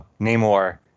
Namor